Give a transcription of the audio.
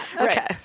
Okay